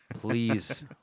Please